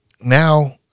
now